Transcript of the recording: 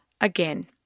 again